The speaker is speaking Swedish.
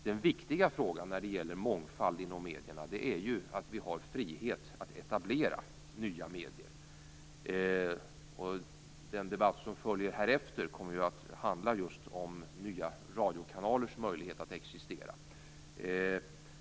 Den viktiga frågan när det gäller mångfald inom medierna är att det finns en frihet att etablera nya medier. Den debatt som följer efter denna kommer just att handla om nya radiokanalers möjlighet att existera.